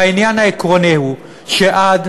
והעניין העקרוני הוא שעד